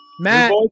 Matt